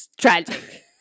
tragic